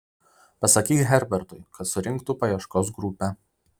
pasakyk herbertui kad surinktų paieškos grupę